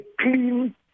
clean